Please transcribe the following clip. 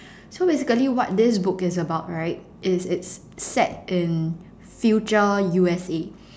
so basically what this book is about right is it's set in future U_S_A